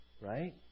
right